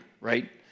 right